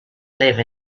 live